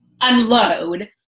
unload